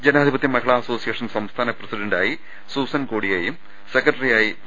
ജനാധിപത്യ മഹിളാ അസോസിയേഷൻ സംസ്ഥാന പ്രസി ഡന്റായി സൂസൻ കോടിയേയും സെക്രട്ടറിയായി പി